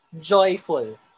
joyful